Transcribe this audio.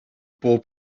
bob